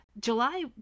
July